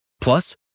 Plus